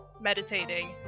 meditating